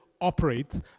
operates